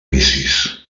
vicis